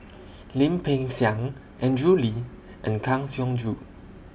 Lim Peng Siang Andrew Lee and Kang Siong Joo